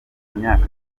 imyaka